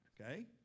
okay